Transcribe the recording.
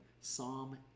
Psalm